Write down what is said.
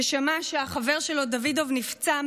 ששמע שהחבר שלו דוידוב נפצע,